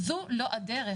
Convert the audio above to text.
זו לא הדרך.